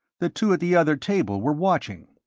the two at the other table were watching.